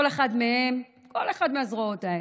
כל אחד מהם, בכל אחת מהזרועות האלה,